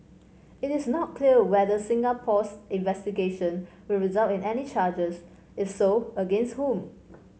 it is not clear whether Singapore's investigation will result in any charges if so against whom